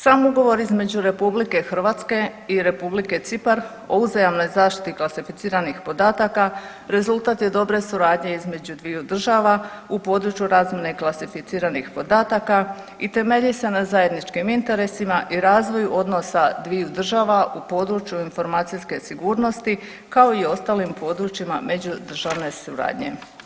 Sam ugovor između RH i Republike Cipar o uzajamnoj zaštiti klasificiranih podataka rezultat je dobre suradnje između dviju država u području razmjene klasificiranih podataka i temelje se na zajedničkim interesima i razvoju odnosa dviju država u području informacijske sigurnosti, kao i ostalim područjima međudržavne suradnje.